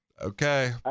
Okay